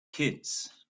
kids